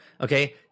okay